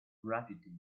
graffiti